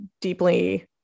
deeply